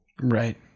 Right